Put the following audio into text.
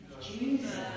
Jesus